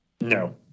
No